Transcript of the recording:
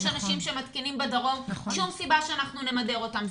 יש כאלה שמתקינים בדרום ואין שום סיבה שאנחנו נמדר אותם.